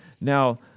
Now